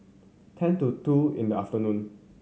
ten to two in the afternoon